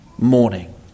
morning